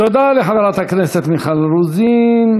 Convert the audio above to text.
תודה לחברת הכנסת מיכל רוזין.